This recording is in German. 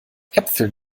äpfeln